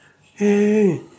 hey